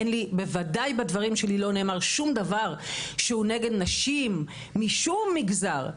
בוודאי בדברים שלי לא נאמר שום דבר שהוא נגד נשים משום מגזר.